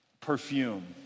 perfume